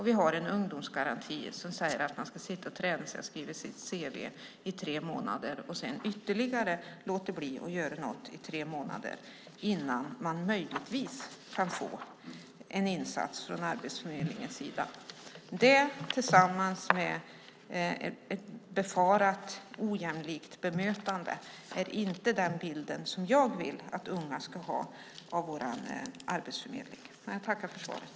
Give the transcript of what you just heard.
Vi har en ungdomsgaranti som säger att man ska träna på att skriva sitt cv i tre månader, och sedan ska man låta bli att göra något i ytterligare tre månader innan man möjligtvis kan få en insats från Arbetsförmedlingen. Det, tillsammans med ett befarat ojämlikt bemötande, är inte den bild som jag vill att unga ska ha av Arbetsförmedlingen. Jag tackar för svaret.